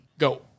go